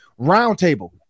roundtable